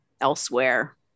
elsewhere